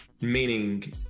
Meaning